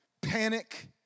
panic